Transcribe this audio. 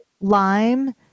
lime